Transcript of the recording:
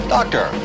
Doctor